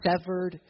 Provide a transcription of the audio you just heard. severed